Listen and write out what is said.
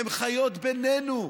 הן חיות בינינו.